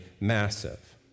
massive